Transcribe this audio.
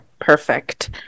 perfect